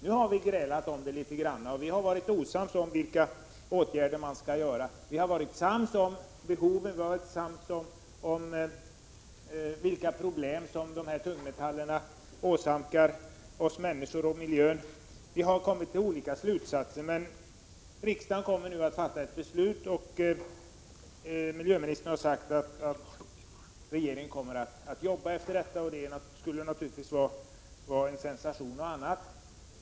Nu har vi grälat litet grand om detta, och vi har varit osams om vilka åtgärder man skall vidta. Vi har emellertid varit sams om behoven, och vi har varit sams om vilka problem som tungmetallerna åsamkar människor och miljö. Vi har kommit till olika slutsatser. Men riksdagen kommer nu att fatta ett beslut. Miljöministern har sagt att regeringen kommer att arbeta i enlighet med det beslutet, och något annat skulle naturligtvis vara en sensation.